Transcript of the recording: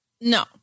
no